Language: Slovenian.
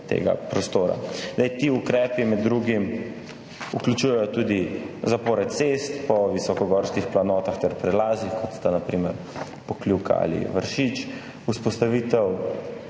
Ti ukrepi med drugim vključujejo tudi zapore cest po visokogorskih planotah ter prelazih, kot sta na primer Pokljuka ali Vršič, vzpostavitev